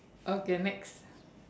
okay next